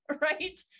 Right